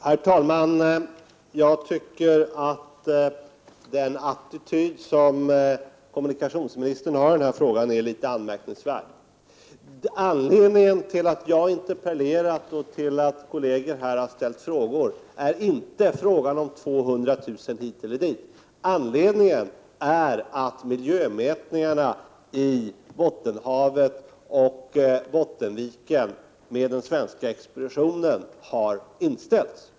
Herr talman! Jag tycker att kommunikationsministerns attityd i denna fråga är litet anmärkningsvärd. Anledningen till att jag interpellerat och några kolleger ställt frågor är inte frågan om 200 000 kr. hit eller dit utan det faktum att miljömätningarna i Bottenhavet och Bottenviken med den svenska expeditionen har inställts.